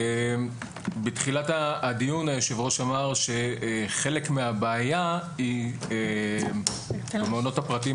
בתחילת הדיון היושב-ראש אמר שחלק מהבעיה היא המעונות הפרטיים.